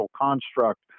construct